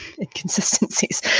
inconsistencies